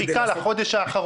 כדי לעשות --- חיכה לחודש האחרון,